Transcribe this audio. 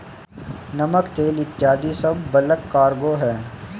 नमक, तेल इत्यादी सब बल्क कार्गो हैं